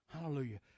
Hallelujah